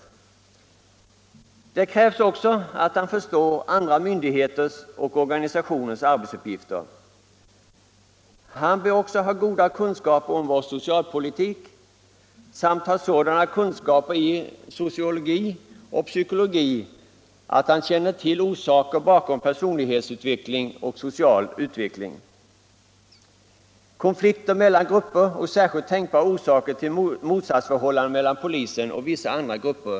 Det krävs också att han förstår andra myndigheters och organisationers arbetsuppgifter. Han bör också ha goda kunskaper om vår socialpolitik samt ha sådana kunskaper i sociologi och psykologi, att han känner till orsaker bakom personlighetsutveckling och social utveckling, konflikter mellan grupper och särskilt tänkbara orsaker till motsatsförhållanden mellan polisen och vissa andra grupper.